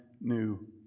new